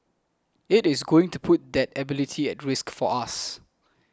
it is going to put that ability at risk for us